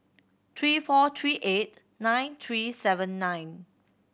three four three eight nine three seven nine